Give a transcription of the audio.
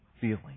feeling